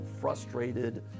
frustrated